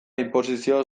inposizio